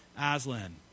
Aslan